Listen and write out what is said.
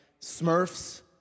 Smurfs